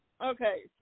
Okay